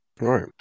Right